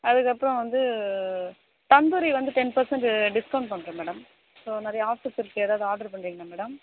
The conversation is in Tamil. அதுக்கப்புறம் வந்து தந்தூரி வந்து டென் பெர்ஸன்ட்டு டிஸ்கவுன்ட் பண்ணுறோம் மேடம் ஸோ நிறைய ஆஃபர்ஸ் இருக்குது எதாவது ஆட்ரு பண்ணுறிங்களா மேடம்